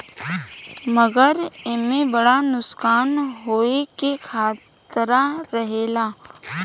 मगर एईमे बड़ा नुकसान होवे के खतरा रहेला